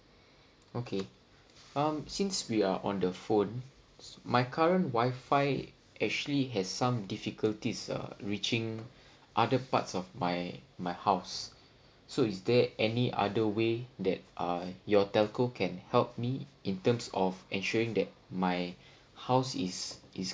um since we are on the phone my current wifi actually have some difficulties uh reaching other parts of my my house so is there any other way that uh your telco can help me in terms of ensuring that my house is is